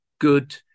Good